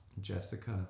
Jessica